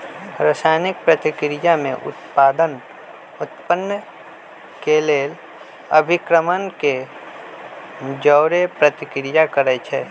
रसायनिक प्रतिक्रिया में उत्पाद उत्पन्न केलेल अभिक्रमक के जओरे प्रतिक्रिया करै छै